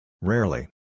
Rarely